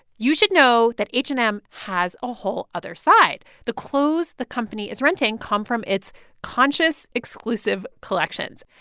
you should know that h and m has a whole other side. the clothes the company is renting come from its conscious exclusive collections.